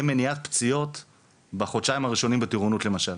מניעת פציעות בחודשיים הראשונים בטירונות למשל.